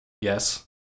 Yes